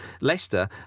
Leicester